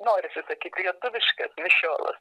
norisi sakyti lietuviškas mišiolas